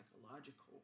psychological